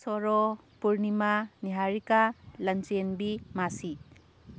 ꯁꯣꯔꯣ ꯄꯨꯔꯅꯤꯃꯥ ꯅꯤꯍꯥꯔꯤꯀꯥ ꯂꯟꯆꯦꯟꯕꯤ ꯃꯥꯁꯤ